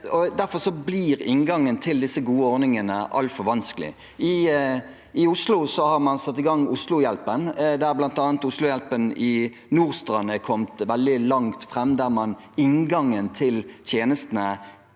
derfor blir inngangen til disse gode ordningene altfor vanskelig. I Oslo har man satt i gang Oslohjelpa, der bl.a. Oslohjelpa i Nordstrand er kommet veldig langt, der inngangen til tjenestene